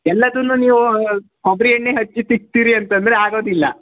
ಎಲ್ಲದನ್ನು ನೀವು ಕೊಬ್ಬರಿ ಎಣ್ಣೆ ಹಚ್ಚಿ ತಿಕ್ತೀರಿ ಅಂತಂದರೆ ಆಗೋದಿಲ್ಲ